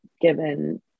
given